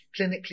clinically